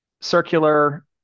Circular